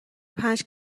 پنج